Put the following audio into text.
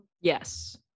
Yes